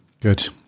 good